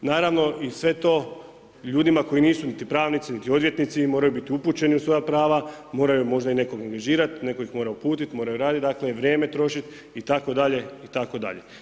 Naravno i sve to ljudima koji nisu niti pravnici niti odvjetnici, moraju biti upućeni u svoja prava, moraju možda i nekoga angažirati, netko ih mora uputiti, moraju raditi, dakle vrijeme trošiti itd., itd.